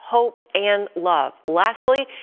hope and love. lastly,